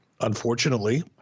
unfortunately